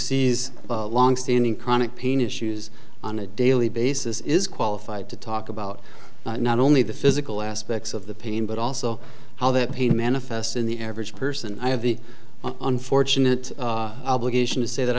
sees long standing chronic pain issues on a daily basis is qualified to talk about not only the physical aspects of the pain but also how that pain manifests in the average person i have the unfortunate obligation to say that